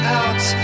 out